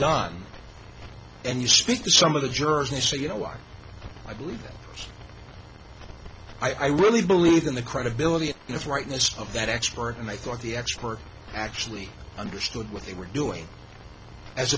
done and you speak to some of the jurors and say you know what i believe that i really believe in the credibility of this rightness of that expert and i thought the expert actually understood what they were doing as